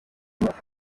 түүнийг